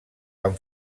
van